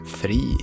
fri